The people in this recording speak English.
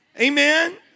Amen